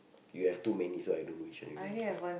you have too many so I don't know which one to give like